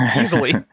easily